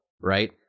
right